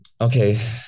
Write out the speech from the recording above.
okay